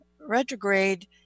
retrograde